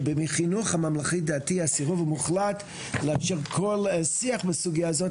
ובחינוך הממלכתי דתי הסירוב הוא מוחלט לאפשר כל שיח בסוגיה הזאת,